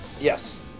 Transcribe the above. Yes